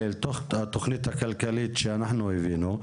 לתוך התכנית הכלכלית שאנחנו הבאנו,